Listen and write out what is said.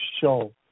show